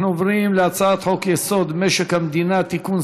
אנחנו עוברים להצעת חוק-יסוד: משק המדינה (תיקון,